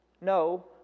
no